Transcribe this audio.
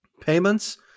Payments